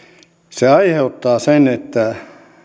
se aiheuttaa sen että